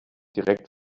direkt